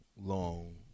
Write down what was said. long